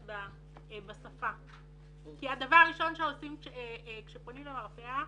בשפה כי הדבר הראשון שעושים כשפונים למרפאה,